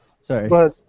Sorry